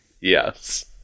Yes